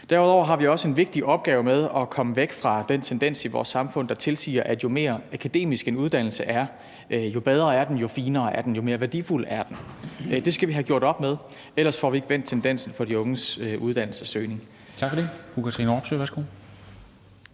Derudover har vi også en vigtig opgave med at komme væk fra den tendens i vores samfund, der tilsiger, at jo mere akademisk en uddannelse er, jo bedre er den, jo finere er den, jo mere værdifuld er den. Det skal vi have gjort op med. Ellers får vi ikke vendt tendensen for de unges uddannelsessøgning.